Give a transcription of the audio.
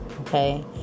okay